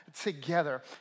together